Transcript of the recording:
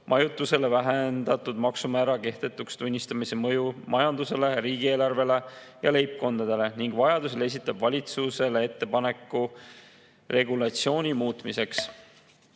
majutusele vähendatud maksumäära kehtetuks tunnistamise mõju majandusele, riigieelarvele ja leibkondadele ning vajadusel esitab valitsusele ettepaneku regulatsiooni muutmiseks.